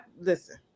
listen